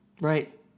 Right